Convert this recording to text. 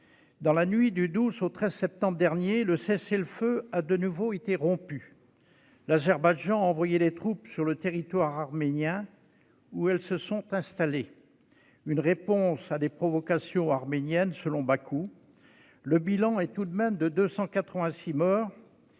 dans la nuit du 12 au 13 septembre dernier, le cessez-le-feu a de nouveau été rompu. L'Azerbaïdjan a envoyé des troupes sur le territoire arménien, où elles se sont installées : il s'agissait, selon Bakou, d'une réponse à des provocations arméniennes. Le bilan est tout de même de 286 morts